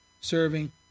serving